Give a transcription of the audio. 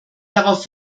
darauf